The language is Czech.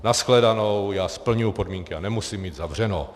Na shledanou, já splňuji podmínky a nemusím mít zavřeno.